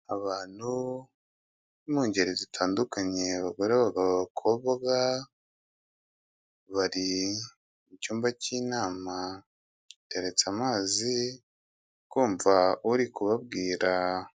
Abantu bo mu ngeri zitandukanye abagore, abagabo, abakobwa, bari mu cyumba cy'inama hateretse amazi bari kumva uri kubabwira.